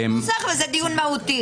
יש נוסח וזה דיון מהותי.